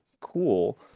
cool